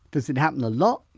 does it happen a lot?